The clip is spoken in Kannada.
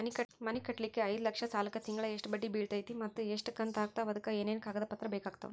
ಮನಿ ಕಟ್ಟಲಿಕ್ಕೆ ಐದ ಲಕ್ಷ ಸಾಲಕ್ಕ ತಿಂಗಳಾ ಎಷ್ಟ ಬಡ್ಡಿ ಬಿಳ್ತೈತಿ ಮತ್ತ ಎಷ್ಟ ಕಂತು ಆಗ್ತಾವ್ ಅದಕ ಏನೇನು ಕಾಗದ ಪತ್ರ ಬೇಕಾಗ್ತವು?